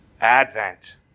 Advent